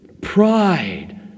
Pride